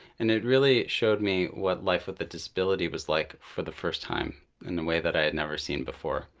and it really showed me what life with a disability was like for the first time in a way that i had never seen before.